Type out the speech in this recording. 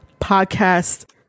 podcast